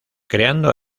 creando